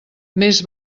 més